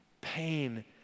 pain